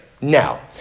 Now